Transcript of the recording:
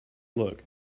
look